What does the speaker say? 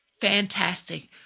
Fantastic